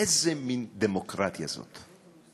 איזו מין דמוקרטיה זאת?